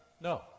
No